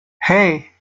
hey